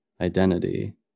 identity